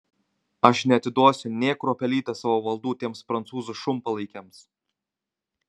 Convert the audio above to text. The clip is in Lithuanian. aš neatiduosiu nė kruopelytės savo valdų tiems prancūzų šunpalaikiams